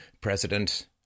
President